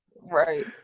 Right